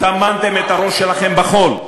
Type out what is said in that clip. טמנתם את הראש שלכם בחול,